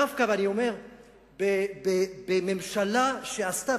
דווקא בממשלה שעשתה,